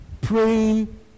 praying